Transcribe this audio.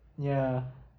ya